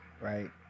right